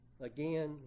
Again